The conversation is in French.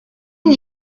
une